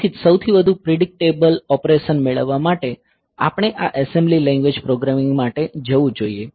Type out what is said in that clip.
તેથી જ સૌથી વધુ પ્રીડીક્ટેબલ ઓપરેશન મેળવવા માટે આપણે આ એસેમ્બલી લેંગ્વેજ પ્રોગ્રામિંગ માટે જવું જોઈએ